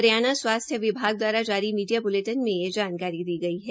हरियाणा स्वास्थ्य विभाग द्वारा जारी मीडिया ब्लेटिन में यह जानकारी दी गई है